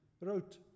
wrote